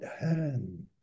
hand